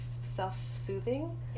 self-soothing